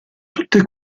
tutte